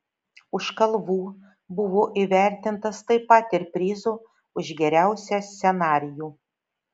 už kalvų buvo įvertintas taip pat ir prizu už geriausią scenarijų